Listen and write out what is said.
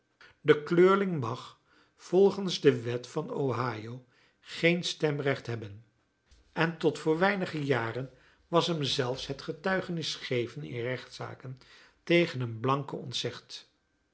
de kleurling mag volgens de wet van ohio geen stemrecht hebben en tot voor weinige jaren was hem zelfs het getuigenisgeven in rechtszaken tegen een blanke ontzegd